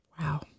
Wow